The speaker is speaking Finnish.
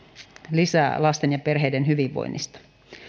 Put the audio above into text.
lisää lasten ja perheiden hyvinvoinnista